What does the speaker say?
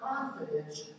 confidence